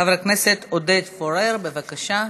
חבר הכנסת עודד פורר, בבקשה.